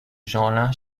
jeanlin